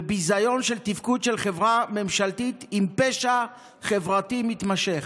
וביזיון של תפקוד של חברה ממשלתית עם פשע חברתי מתמשך.